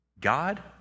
God